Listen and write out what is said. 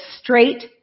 straight